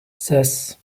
zes